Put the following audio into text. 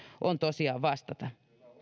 on tosiaan vastata